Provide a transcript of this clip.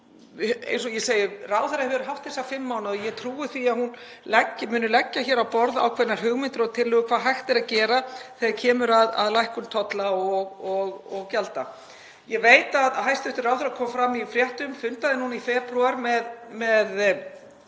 landinu. Ráðherra hefur haft þessa fimm mánuði og ég trúi því að hún muni leggja hér á borð ákveðnar hugmyndir og tillögur um hvað hægt er að gera þegar kemur að lækkun tolla og gjalda. Ég veit að hæstv. ráðherra kom fram í fréttum og fundaði núna í febrúar með